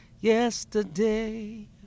yesterday